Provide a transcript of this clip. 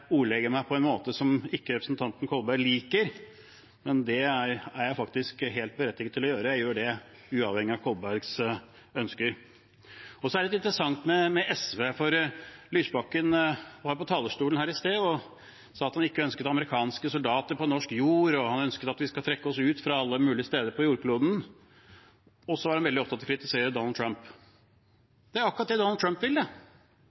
ordlegger meg kanskje på en måte som representanten Kolberg ikke liker, men det er jeg faktisk helt berettiget til å gjøre, jeg gjør det uavhengig av Kolbergs ønsker. Så er det litt interessant med SV, for Lysbakken var på talerstolen her i sted og sa at han ikke ønsket amerikanske soldater på norsk jord, og han ønsket at vi skal trekke oss ut fra alle mulige steder på jordkloden. Han er veldig